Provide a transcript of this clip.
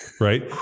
Right